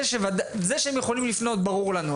זה שהם יכולים לפנות זה ברור לנו.